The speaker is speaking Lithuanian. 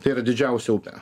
tai yra didžiausia upė